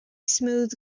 smooth